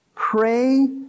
Pray